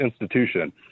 institution